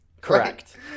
correct